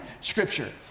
scripture